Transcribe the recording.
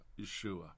Yeshua